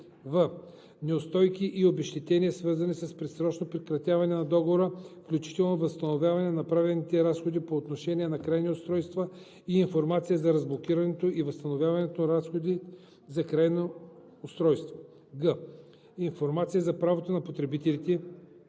в) неустойки и обезщетения, свързани с предсрочно прекратяване на договора, включително възстановяване на направени разходи по отношение на крайни устройства и информация за разблокирането и възстановяването на разходи за крайно устройство; г) информация за правото на потребителите,